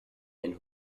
ein